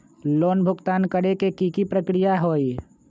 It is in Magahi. लोन भुगतान करे के की की प्रक्रिया होई?